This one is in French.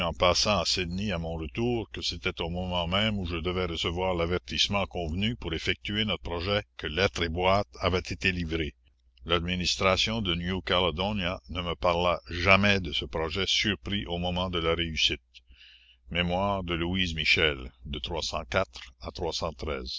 passant à sydney à mon retour que c'était au moment même où je devais recevoir l'avertissement convenu pour effectuer notre projet que lettre et boîte avaient été livrées l'administration de new caledonia ne me parla jamais de ce projet surpris au moment de la réussite mémoires de